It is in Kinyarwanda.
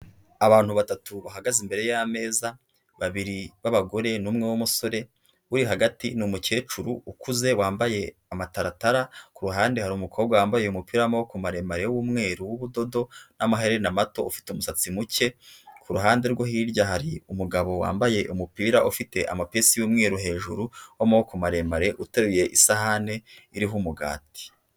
Abantu batatu bahagaze imbere y'ameza babiri b'abagore n'umwe w'umusore, uri hagati ni umukecuru ukuze wambaye amataratara, ku ruhande hari umukobwa wambaye umupira w'amaboko maremare w'umweru w'ubudodo n'amaherena mato ufite umusatsi muke, ku ruhande rwo hirya hari umugabo wambaye umupira ufite amapesu y'umweru hejuru w'amaboko maremare uteruye isahani iriho umugati.